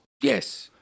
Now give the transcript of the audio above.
Yes